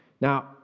Now